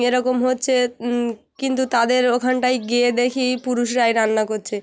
এরকম হচ্ছে কিন্তু তাদের ওখানটায় গিয়ে দেখি পুরুষরাই রান্না করছে